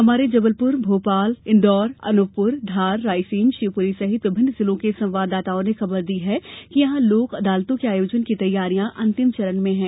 हमारे जबलपुर भोपाल इंदौर अनूपपुर धार रायसेन शिवपुरी सहित विभिन्न जिलों के संवाददाताओं ने खबर दी है कि यहां लोक अदालतों के आयोजन की तैयारियां अंतिम चरण में हैं